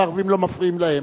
וערבים לא מפריעים להם,